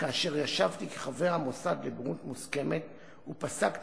כאשר ישבתי כחבר המוסד לבוררות מוסכמת ופסקתי